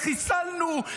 וחיסלנו,